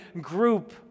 group